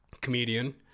Comedian